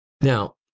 Now